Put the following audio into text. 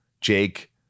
Jake